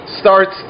starts